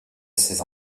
ses